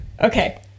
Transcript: okay